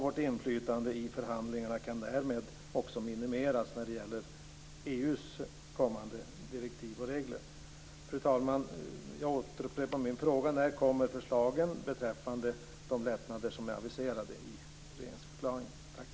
Vårt inflytande i förhandlingarna kan därmed också minimeras när det gäller EU:s kommande direktiv och regler. Fru talman! Jag upprepar min fråga: När kommer förslagen beträffande de lättnader som är aviserade i regeringsförklaringen?